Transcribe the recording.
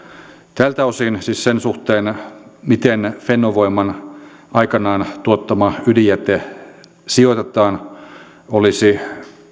tältä osin siis sen suhteen miten fennovoiman aikanaan tuottama ydinjäte sijoitetaan olisi